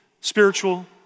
spiritual